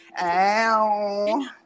Ow